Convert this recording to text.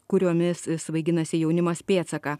kuriomis svaiginasi jaunimas pėdsaką